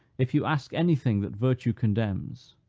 if you ask any thing that virtue condemns.